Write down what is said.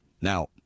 Now